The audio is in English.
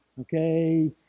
okay